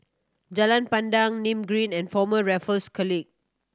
Jalan Pandan Nim Green and Former Raffles College